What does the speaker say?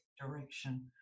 direction